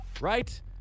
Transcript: right